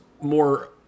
more